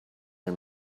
are